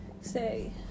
say